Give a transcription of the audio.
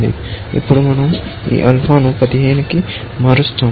ఇప్పుడు మనం ఈ ఆల్ఫాను 15 కి మారుస్తాము